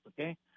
okay